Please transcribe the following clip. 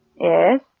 Yes